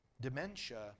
dementia